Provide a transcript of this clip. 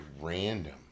random